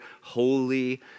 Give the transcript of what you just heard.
holy